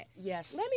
Yes